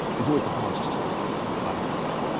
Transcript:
it's always the hard decisions that land on your plate,